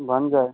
बन गए